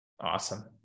Awesome